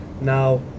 Now